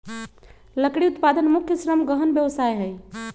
लकड़ी उत्पादन मुख्य श्रम गहन व्यवसाय हइ